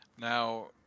Now